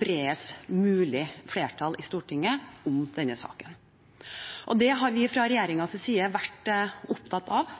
bredest mulig flertall i Stortinget om denne saken. Fra regjeringens side har vi vært opptatt av